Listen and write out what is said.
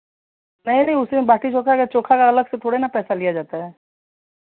नहीं नहीं उसी में बाटी चोखा का चोखा का अलग से थोड़ी ना पैसा लिया जाता है